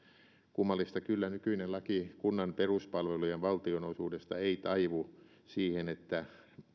kummallista kyllä nykyinen laki kunnan peruspalvelujen valtionosuudesta ei taivu siihen että